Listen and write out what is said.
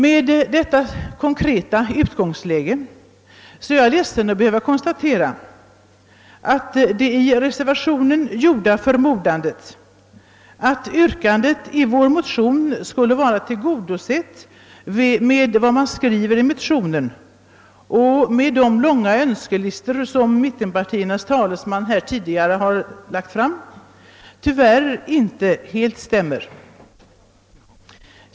Med detta som utgångspunkt är jag ledsen över att behöva konstatera, att det i reservationen gjorda förmodandet, att yrkandet i vår motion skulle vara tillgodosett med vad som i reservationen anförs och med de långa önskelistor som man från mittenpartierna under diskussionen framfört, tyvärr icke helt stämmer med verkligheten.